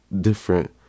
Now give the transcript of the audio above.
different